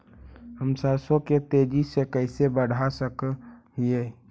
हम सरसों के तेजी से कैसे बढ़ा सक हिय?